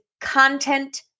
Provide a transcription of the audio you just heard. content